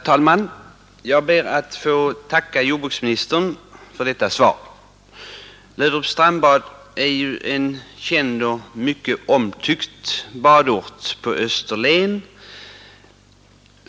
Herr talman! Jag ber att få tacka jordbruksministern för detta svar. Löderups strandbad är en känd och mycket omtyckt badort på Österlen.